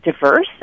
diverse